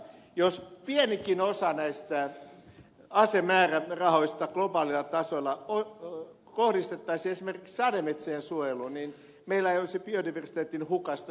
jos pienikin osa näistä asemäärärahoista kohdistettaisiin globaalilla tasolla esimerkiksi sademetsien suojeluun meillä ei olisi biodiversiteetin hukasta suurtakaan huolta